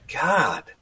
God